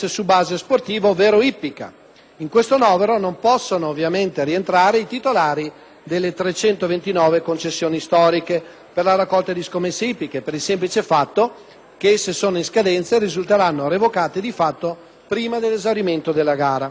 secondo novero non possono ovviamente rientrare i titolari delle 329 concessioni storiche per la raccolta di scommesse ippiche, per il semplice fatto che esse sono in scadenza e risulteranno revocate di fatto prima dell'esaurimento della gara.